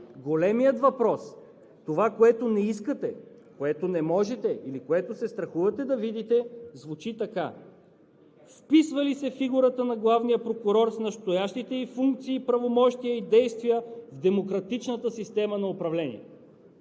Големият въпрос – това, което не искате, което не можете, или което се страхувате да видите, звучи така: вписва ли се фигурата на главния прокурор с настоящите ѝ функции, правомощия и действия в демократичната система на управление?